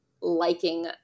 liking